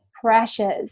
pressures